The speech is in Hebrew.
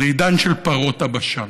זה עידן של פרות הבשן.